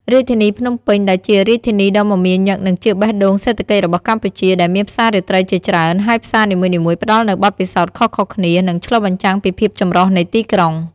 រាជធានីភ្នំពេញ ដែលជារាជធានីដ៏មមាញឹកនិងជាបេះដូងសេដ្ឋកិច្ចរបស់កម្ពុជា ដែលមានផ្សាររាត្រីជាច្រើន ហើយផ្សារនីមួយៗផ្ដល់នូវបទពិសោធន៍ខុសៗគ្នា និងឆ្លុះបញ្ចាំងពីភាពចម្រុះនៃទីក្រុង។